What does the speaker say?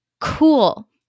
cool